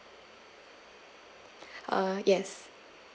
uh yes